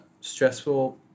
stressful